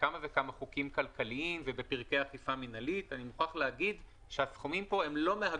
צריך להגיד לאותם